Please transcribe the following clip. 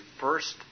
first